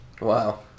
Wow